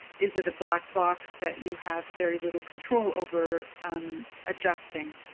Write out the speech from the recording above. is it a black box that you have very little control over adjusting?